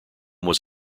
was